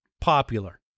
popular